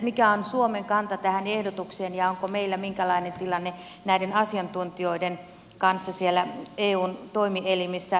mikä on suomen kanta tähän ehdotukseen ja onko meillä minkälainen tilanne näiden asiantuntijoiden kanssa eun toimielimissä